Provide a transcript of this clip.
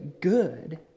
good